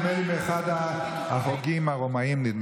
נדמה לי מאחד ההוגים הרומאים.